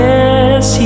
Yes